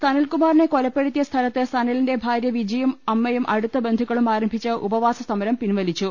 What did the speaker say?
സനൽകുമാറിനെ കൊലപ്പെടുത്തിയ സ്ഥലത്ത് സനലിന്റെ ഭാര്യ വിജിയും അമ്മയും അടുത്ത ബന്ധുക്കളും ആരംഭിച്ച ഉപവാസ സമരം പിൻവലിച്ചു